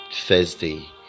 thursday